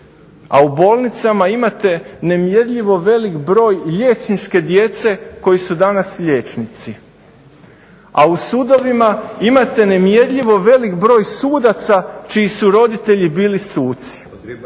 a u bolnicama imate nemjerljivo veliki broj liječničke djece koji su danas liječnici, a u sudovima imate nemjerljivo veliki broj sudaca čiji su roditelji bili suci.